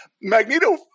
Magneto